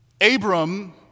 Abram